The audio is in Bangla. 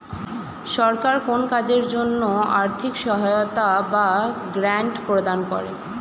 সরকার কোন কাজের জন্য আর্থিক সহায়তা বা গ্র্যান্ট প্রদান করে